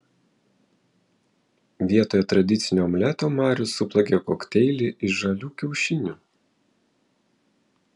vietoje tradicinio omleto marius suplakė kokteilį iš žalių kiaušinių